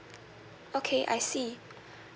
okay I see